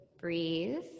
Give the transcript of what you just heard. breathe